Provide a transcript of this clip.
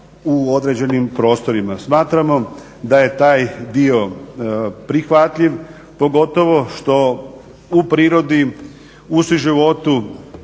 u određenim prostorima. Smatramo da je taj dio prihvatljiv, pogotovo što u prirodi, u suživotu